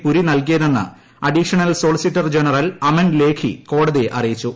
പുരി നൽകിയതെന്ന് additional solicitor general Aman Lekhi കോടതിയെ അറിയിച്ചു